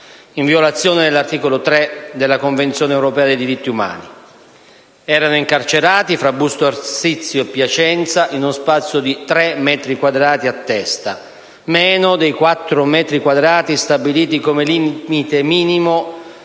in violazione dell'articolo 3 della Convenzione europea dei diritti dell'uomo. Erano incarcerati tra Busto Arsizio e Piacenza in uno spazio di tre metri quadrati a testa, meno dei quattro metri quadrati stabiliti come limite minimo